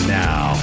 now